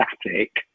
static